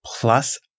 Plus